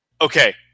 Okay